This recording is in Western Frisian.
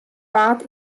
paad